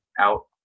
out